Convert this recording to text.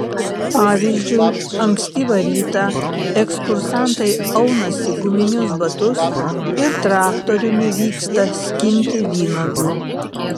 pavyzdžiui ankstyvą rytą ekskursantai aunasi guminius batus ir traktoriumi vyksta skinti vynuogių